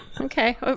Okay